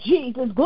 Jesus